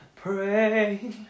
Pray